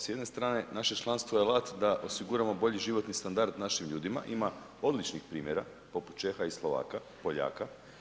S jedne strane naše članstvo je alat da osiguramo bolji životni standard našim ljudima, ima odlučnih primjera poput Čeha i Slovaka, Poljaka.